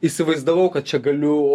įsivaizdavau kad čia galiu